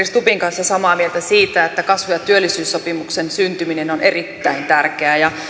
stubbin kanssa samaa mieltä siitä että kasvu ja työllisyyssopimuksen syntyminen on erittäin tärkeää